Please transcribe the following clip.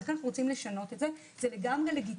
ולכן אנחנו רוצים לשנות את זה זה לגמרי לגיטימי.